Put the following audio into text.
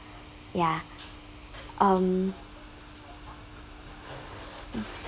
ya um